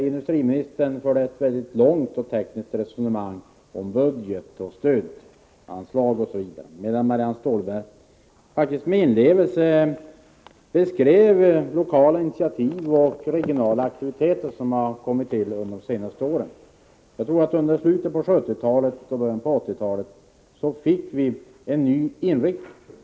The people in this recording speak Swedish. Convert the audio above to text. Industriministern förde ett långt och tekniskt resonemang om budget och stödanslag osv., medan Marianne Stålberg faktiskt med inlevelse beskrev lokala initiativ och regionala aktiviteter som har kommit till under de senaste åren. Under slutet av 1970-talet och början av 1980-talet fick vi en ny inriktning.